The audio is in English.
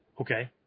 Okay